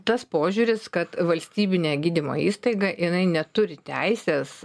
tas požiūris kad valstybinė gydymo įstaiga jinai neturi teisės